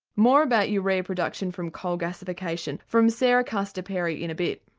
more about urea production from coal gasification from sarah castor-perry in a bit.